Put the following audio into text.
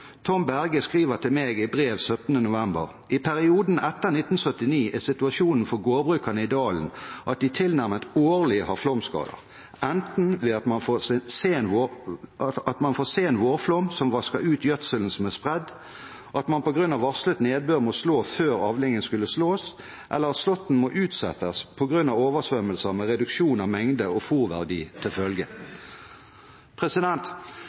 Tom Berge skriver til meg i brev 17. november: «I perioden etter 1979 er situasjonen for gårdbrukerne i dalen at de tilnærmet årlig har flomskader. Enten ved at man får en sen vårflom som vasker ut gjødselen som er spredd. At man på grunn av varslet nedbør må slå før avlingen skulle slås, eller at slåtten må utsettes på grunn av oversvømmelser med reduksjon av mengde og fôrverdi til følge.»